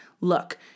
Look